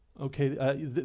Okay